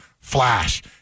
flash